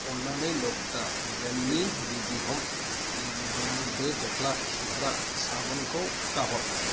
अन्नानै नकता ब्रेन्डनि बिबि हम लेबुगोनां दो दोख्ला सुग्रा साबोनखौ दाहर